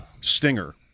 stinger